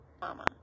mama